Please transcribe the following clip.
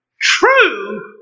true